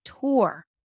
tour